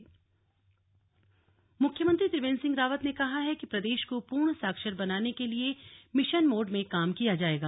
समीक्षा बैठक मुख्यमंत्री त्रिवेंद्र सिंह रावत ने कहा है कि प्रदेश को पूर्ण साक्षर बनाने के लिए मिशन मोड में काम किया जाएगा